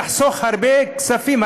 יחסוך הרבה כספים,